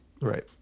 right